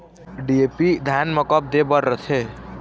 DAP धान मे कब दे बर रथे?